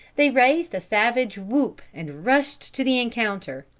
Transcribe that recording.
they raised a savage whoop and rushed to the encounter.